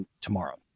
tomorrow